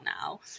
now